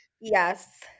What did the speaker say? Yes